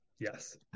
Yes